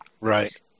Right